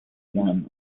one